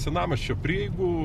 senamiesčio prieigų